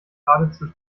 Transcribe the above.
geradezu